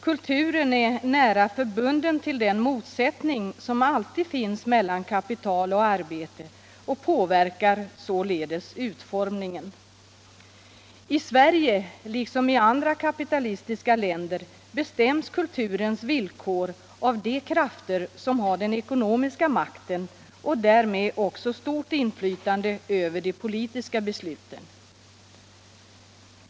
Kulturen är nära bunden till den motsättning som alltid finns mellan kapital och arbete och påverkar således utformningen. I Sverige liksom i andra kapitalistiska länder bestäms kulturens villkor av de krafter som har den ekonomiska makten och därmed också stort inflytande över de politiska besluten.